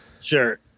Sure